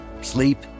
sleep